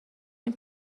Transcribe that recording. این